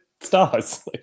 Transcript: stars